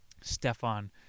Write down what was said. Stefan